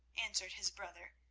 answered his brother,